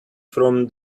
from